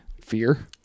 Fear